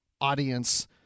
audience